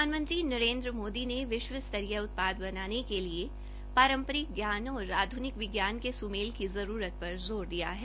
प्रधानमंत्री नरेन्द्र मोदी ने विश्व स्तरीय उत्पाद बनाने के लिए पारंपरिक ज्ञान और आधुनिक विज्ञान के सुमेल की जरूरत पर जोर दिया है